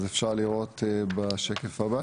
אז אפשר לראות בשקף הבא